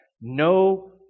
no